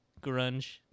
grunge